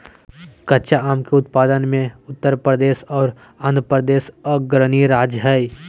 कच्चा आम के उत्पादन मे उत्तर प्रदेश आर आंध्रप्रदेश अग्रणी राज्य हय